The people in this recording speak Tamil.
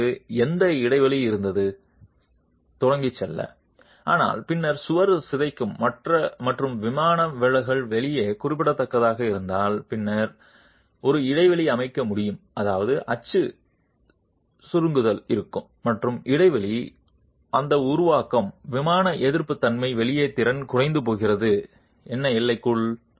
நமக்கு எந்த இடைவெளி இருந்தது தொடங்கி சொல்ல ஆனால் பின்னர் சுவர் சிதைக்கும் மற்றும் விமானம் விலகல் வெளியே குறிப்பிடத்தக்க இருந்தால் பின்னர் ஒரு இடைவெளி அமைக்க முடியும் அதாவது அச்சு சுருக்குதல் இருக்கும் மற்றும் இடைவெளி அந்த உருவாக்கம் விமானம் எதிர்ப்பு தன்னை வெளியே திறன் குறைக்க போகிறது என்ன எல்லைக்குள்